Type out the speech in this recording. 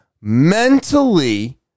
mentally